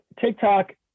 tiktok